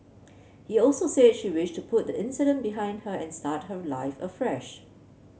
he also said she wished to put incident behind her and start her life afresh